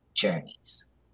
journeys